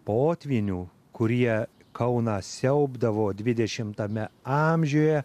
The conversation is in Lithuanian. potvynių kurie kauną siaubdavo dvidešimtame amžiuje